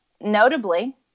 notably